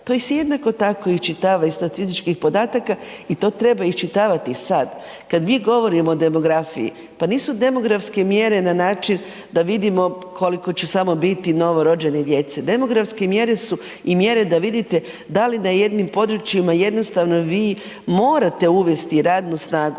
To se jednako tako iščitava iz statističkih podataka i to treba iščitavati i sada. Kada mi govorimo o demografiji, pa nisu demografske mjere na način da vidimo koliko će samo biti novorođene djece. Demografske mjere su i mjere da vidite da li na jednim područjima jednostavno vi morate uvesti radnu snagu.